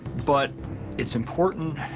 but it's important,